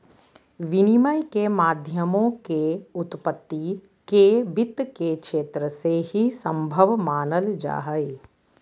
विनिमय के माध्यमों के उत्पत्ति के वित्त के क्षेत्र से ही सम्भव मानल जा हइ